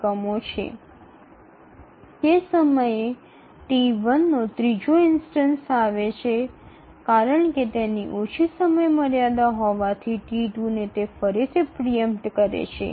এই মুহুর্তে T1 এর তৃতীয় তাত্ক্ষণিক ঘটনাটি উপস্থিত হয় এবং এটির সংক্ষিপ্ত সময়সীমা থাকায় এটি T2 টি প্রথমে ফাঁকা করে দেয়